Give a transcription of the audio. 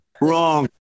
Wrong